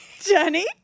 Jenny